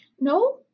no